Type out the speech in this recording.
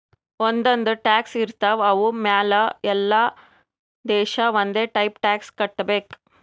ಒಂದ್ ಒಂದ್ ಟ್ಯಾಕ್ಸ್ ಇರ್ತಾವ್ ಅವು ಮ್ಯಾಲ ಎಲ್ಲಾ ದೇಶ ಒಂದೆ ಟೈಪ್ ಟ್ಯಾಕ್ಸ್ ಕಟ್ಟಬೇಕ್